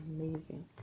amazing